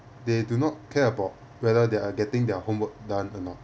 they do not care about whether they are getting their homework done or not